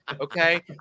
Okay